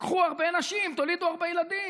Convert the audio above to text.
קחו הרבה נשים, תולידו הרבה ילדים.